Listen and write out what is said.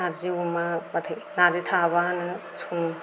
नार्जि अमा बाथाय नार्जि थाबानो सङो